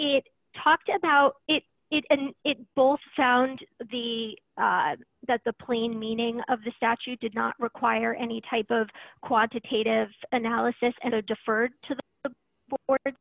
it talked about it and it both found the that the plain meaning of the statute did not require any type of quantitative analysis and deferred to